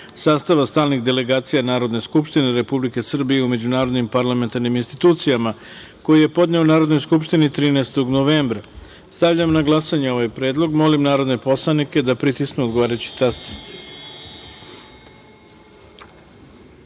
sastava stalnih delegacija Narodne skupštine Republike Srbije u međunarodnim parlamentarnim institucijama, koji je podneo Narodnoj skupštini 13. novembra 2020. godine. Stavljam na glasanje ovaj predlog. Molim narodne poslanike da pritisnu odgovarajući